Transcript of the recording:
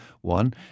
one